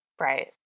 Right